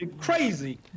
crazy